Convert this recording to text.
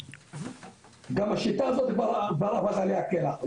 כבר השיטה הזאת אבד עליה הכלח.